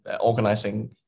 organizing